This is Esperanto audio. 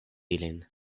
ilin